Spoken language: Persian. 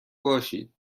باشید